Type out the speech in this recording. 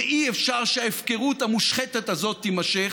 ואי-אפשר שההפקרות המושחתת הזאת תימשך.